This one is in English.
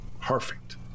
Perfect